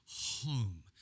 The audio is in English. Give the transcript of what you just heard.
home